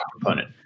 component